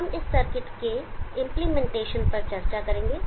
हम इस सर्किट के इंप्लीमेंटेशन पर चर्चा करेंगे